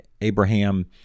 Abraham